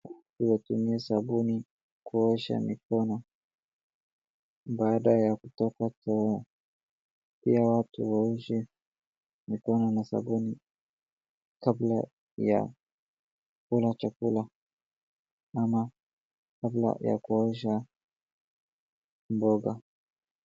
Unatumia sabuni kuosha mkono baada ya kutoka chooni. Pia watu waoshe mkono na sabuni kabla ya wanachokula maana kabla ya kuosha mboga.